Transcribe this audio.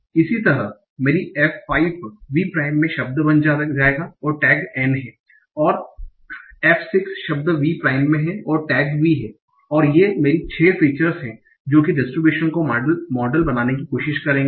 इसी तरह मेरी f5 V प्राइम में शब्द बन जाएगा और टैग N हैं F6 शब्द V प्राइम में है और टैग V है और ये मेरी छह फीचर्स हैं जो कि डिस्ट्रिब्यूशन को मॉडल बनाने की कोशिश करेंगे